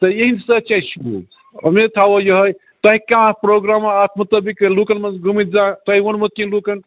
تہٕ یِہنٛدِ سۭتۍ چھِ اَسہِ شوٗب امیٖد تھاوو یِہوٚے تۄہہِ کیٛاہ پروگرامہ اَتھ مُطٲبِق لُکَن مَنٛز گٔمتۍ زانٛہہ تۄہہِ ووٚنمُت کینٛہہ لُکَن